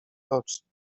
rocznie